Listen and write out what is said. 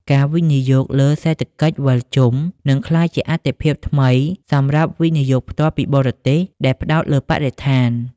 ការវិនិយោគលើ "សេដ្ឋកិច្ចវិលជុំ" នឹងក្លាយជាអាទិភាពថ្មីសម្រាប់ វិនិយោគផ្ទាល់ពីបរទេស ដែលផ្ដោតលើបរិស្ថាន។